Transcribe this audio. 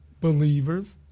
Believers